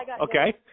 okay